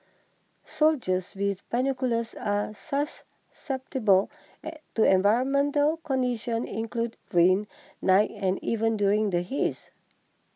soldiers with binoculars are susceptible to environmental conditions include rain night and even during the haze